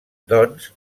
doncs